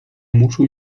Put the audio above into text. muszą